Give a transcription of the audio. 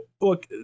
look